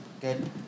Good